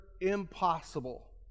impossible